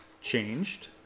changed